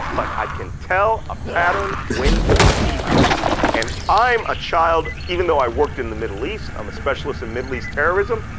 but i can tell a pattern when i see one and i'm a child, even though i worked in the middle east, i'm a specialist in middle east terrorism,